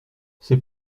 c’est